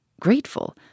Grateful